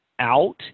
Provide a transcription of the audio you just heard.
out